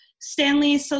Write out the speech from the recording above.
Stanley